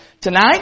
tonight